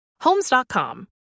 Homes.com